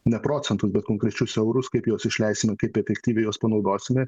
ne procentus bet konkrečius eurus kaip juos išleisime kaip efektyviai juos panaudosime